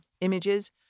images